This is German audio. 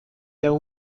der